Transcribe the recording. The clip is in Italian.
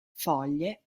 foglie